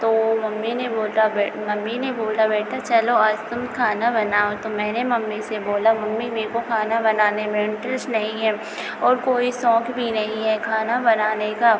तो मम्मी ने बोला मम्मी ने बोला बेटा चलो आज तुम खाना बनाओ तो मैंने मम्मी से बोला मम्मी मेरे को खाना बनाने में इंट्रेस नहीं है और कोई सौक़ भी नहीं है खाना बनाने का